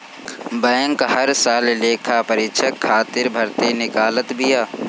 bank हर साल लेखापरीक्षक खातिर भर्ती निकालत बिया